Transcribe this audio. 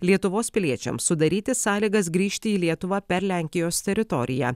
lietuvos piliečiams sudaryti sąlygas grįžti į lietuvą per lenkijos teritoriją